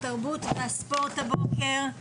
התרבות והספורט הבוקר.